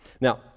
Now